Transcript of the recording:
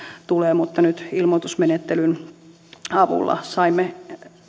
tulee mutta nyt ilmoitusmenettelyn avulla saimme